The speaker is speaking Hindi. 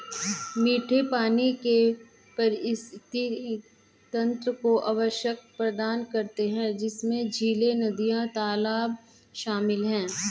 मीठे पानी के पारिस्थितिक तंत्र जो आवास प्रदान करते हैं उनमें झीलें, नदियाँ, तालाब शामिल हैं